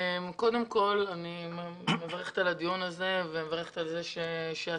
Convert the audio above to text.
אני מברכת על הדיון הזה ומברכת על כך שהשר